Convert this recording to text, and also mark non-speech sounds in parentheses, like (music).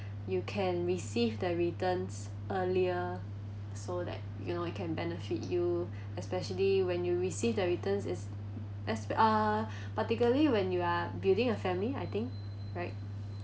you can receive the returns earlier so that you know you can benefit you especially when you received the returns is as uh (breath) particularly when you are building a family I think right